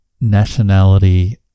nationality